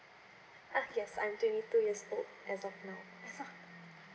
ah yes I'm twenty two years old as of now so